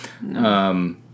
No